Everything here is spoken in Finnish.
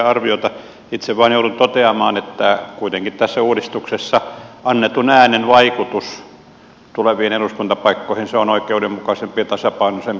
itse vain joudun toteamaan että kuitenkin tässä uudistuksessa annetun äänen vaikutus tuleviin eduskuntapaikkoihin on oikeudenmukaisempi ja tasapainoisempi